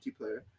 multiplayer